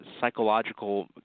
psychological